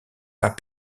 pas